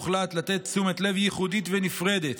הוחלט לתת תשומת לב ייחודית ונפרדת